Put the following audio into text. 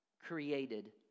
created